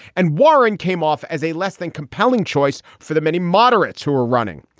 and warren came off as a less than compelling choice for the many moderates who were running.